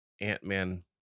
Ant-Man